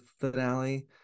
finale